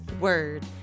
Word